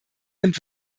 nimmt